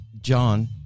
John